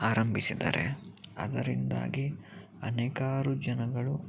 ಆರಂಭಿಸಿದರೆ ಅದರಿಂದಾಗಿ ಅನೇಕಾರು ಜನಗಳು